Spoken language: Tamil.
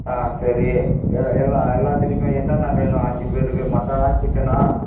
ஆ சரி எ எல்லா எல்லாத்திலையுமே என்னென்ன வேணும் அஞ்சு பேருக்கு மட்டனா சிக்கனா